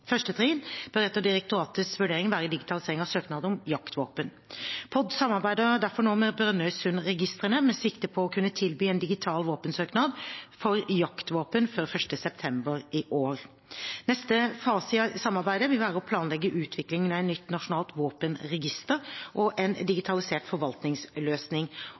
Første trinn bør etter direktoratets vurdering være digitalisering av søknader om jaktvåpen. POD samarbeider derfor nå med Brønnøysundregistrene med sikte på å kunne tilby en digital våpensøknad for jaktvåpen før 1. september i år. Neste fase i samarbeidet vil være å planlegge utviklingen av et nytt nasjonalt våpenregister og en digitalisert forvaltningsløsning